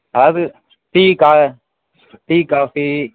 அதாவது டீ கா tea coffee